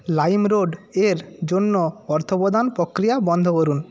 LimeRoad এর জন্য অর্থপ্রদান প্রক্রিয়া বন্ধ করুন